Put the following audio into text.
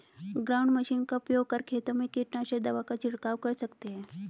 ground machine का उपयोग कर खेतों में कीटनाशक दवा का झिड़काव कर सकते है